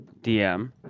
DM